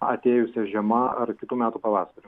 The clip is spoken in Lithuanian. atėjusia žiema ar kitų metų pavasariu